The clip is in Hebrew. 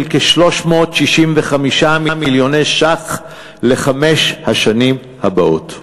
כ-365 מיליוני שקלים לחמש השנים הבאות.